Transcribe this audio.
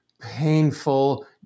painful